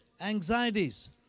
anxieties